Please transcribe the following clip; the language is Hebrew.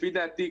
לפי דעתי,